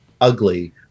ugly